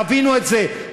תבינו את זה.